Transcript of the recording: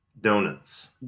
donuts